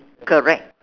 correct